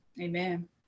Amen